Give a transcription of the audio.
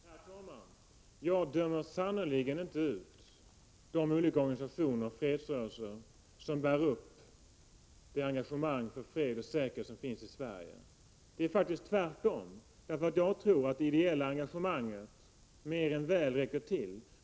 Herr talman! Jag dömer sannerligen inte ut de olika organisationer och fredsrörelser som bär upp det engagemang för fred och säkerhet som finns i Sverige. Det är faktiskt tvärtom. Jag tror att det ideella engagemanget mer än väl räcker till.